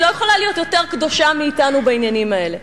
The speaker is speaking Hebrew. היא לא יכולה להיות יותר קדושה מאתנו בעניינים האלה.